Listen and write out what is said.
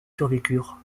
survécurent